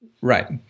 Right